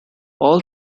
all